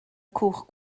cwch